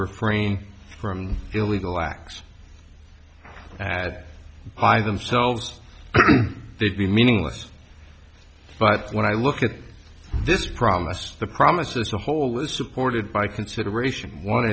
refrain from illegal acts at by themselves they'd be meaningless but when i look at this promise the promise is a whole is supported by consideration one